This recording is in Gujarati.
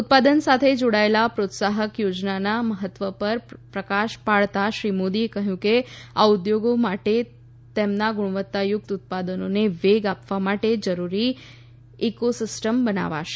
ઉત્પાદન સાથે જોડાયેલ પ્રોત્સાહક યોજનાના મહત્વ પર પ્રકાશ પાડતાં શ્રી મોદીએ કહ્યું કે આ ઉદ્યોગો માટે તેમના ગુણવત્તાયુક્ત ઉત્પાદનોને વેગ આપવા માટે જરૂરી ઇકોસિસ્ટમ બનાવશે